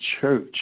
church